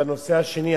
בנושא השני,